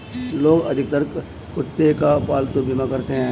लोग अधिकतर कुत्ते का पालतू बीमा कराते हैं